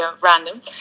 random